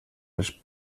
els